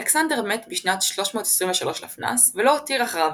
אלכסנדר מת בשנת 323 לפנה"ס ולא השאיר אחריו